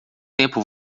tempo